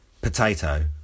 Potato